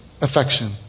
Affection